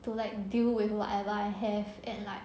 to like deal with whatever I have and like